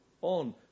on